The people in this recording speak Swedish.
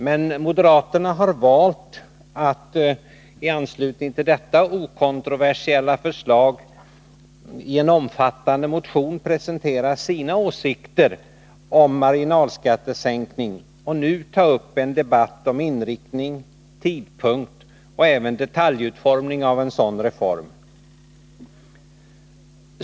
Men moderaterna har valt att i anslutning till detta okontroversiella förslag, i en omfattande motion presentera sina åsikter om en marginalskattesänkning och nu ta upp en debatt om inriktning, tidpunkt och även detaljutformning när det gäller en sådan reform.